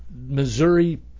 Missouri